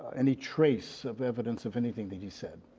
any trace of evidence of anything that he said.